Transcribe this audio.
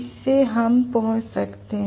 इससे हम पहुंच सकते हैं